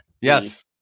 yes